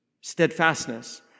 Steadfastness